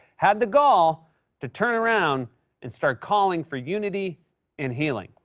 had the gall to turn around and start calling for unity and healing.